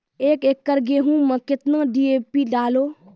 एक एकरऽ गेहूँ मैं कितना डी.ए.पी डालो?